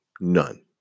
None